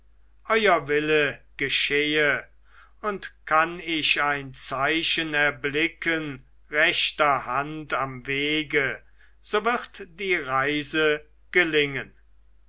euer wille geschehe und kann ich ein zeichen erblicken rechter hand am wege so wird die reise gelingen